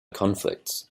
conflicts